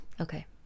okay